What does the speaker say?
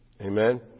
Amen